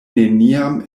neniam